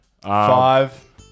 Five